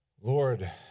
Lord